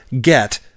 get